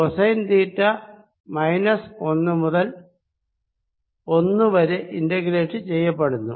cosine theta minus ഒന്ന് മുതൽ ഒന്ന് വരെ ഇന്റഗ്രേറ്റ് ചെയ്യപ്പെടുന്നു